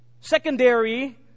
secondary